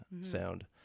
sound